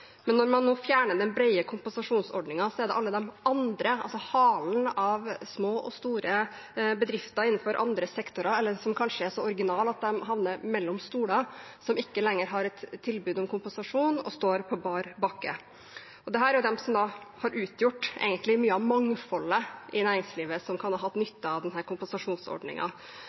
Men når man nå fjerner den brede kompensasjonsordningen, er det alle de andre, altså halen av små og store bedrifter innenfor andre sektorer, eller som kanskje er så originale at de havner mellom stoler, som ikke lenger har et tilbud om kompensasjon og står på bar bakke. Dette er de som egentlig har utgjort mye av mangfoldet i næringslivet, og som kan ha hatt nytte av